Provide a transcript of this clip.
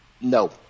No